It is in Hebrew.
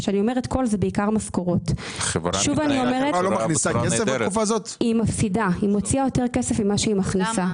ראשית, צריך להיסגר הסכם קיבוצי חדש עם העובדים.